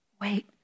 Wait